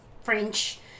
French